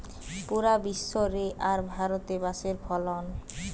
পুরা বিশ্ব রে আর ভারতে বাঁশের ফলন